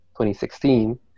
2016